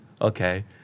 Okay